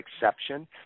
exception